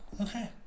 Okay